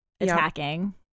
attacking